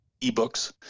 ebooks